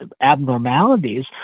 abnormalities